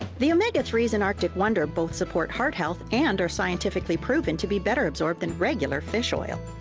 the omega three s in arctic wonder, both support heart health and are scientifically proven to be better absorbed than regular fish oil.